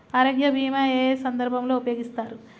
ఆరోగ్య బీమా ఏ ఏ సందర్భంలో ఉపయోగిస్తారు?